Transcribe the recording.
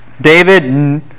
David